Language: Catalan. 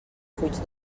fuig